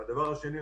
והדבר השני,